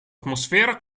atmosfera